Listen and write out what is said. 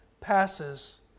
passes